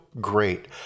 great